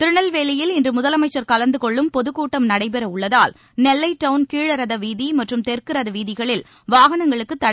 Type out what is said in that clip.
திருநெல்வேலியில் இன்று முதலமைச்சர் கலந்து கொள்ளும் பொதுக் கூட்டம் நடைபெற உள்ளதால் நெல்லைடவுன் கீழரதவீதி மற்றும் தெற்கு ரதவீதிகளில் வாகனங்களுக்கு தடை விதிக்கப்பட்டுள்ளது